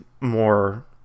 more